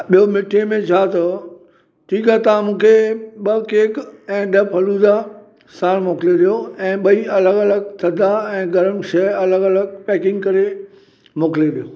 ॿियो मिठे में छा अथव ठीकु आहे तव्हां मूंखे ॿ केक ऐं ॾह फलूदा साणि मोकिलियो ॾियो ऐं ॿई अलॻि अलॻि थधा ऐं गरमु शइ अलॻि अलॻि पैकिंग करे मोकिले ॾियो